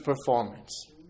performance